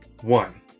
one